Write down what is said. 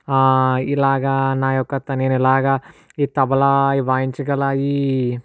ఇలాగా నా యొక్క నేనిలాగా ఈ తబలా వాయించగల ఈ